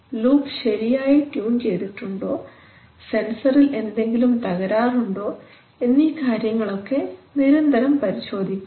loop ശരിയായി tune ചെയ്തിട്ടുണ്ടോ സെൻസറിൽ എന്തെങ്കിലും തകരാറുണ്ടോ എന്നീ കാര്യങ്ങളൊക്കെ നിരന്തരം പരിശോധിക്കുന്നു